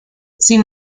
sin